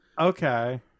Okay